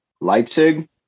Leipzig